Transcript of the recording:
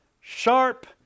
sharp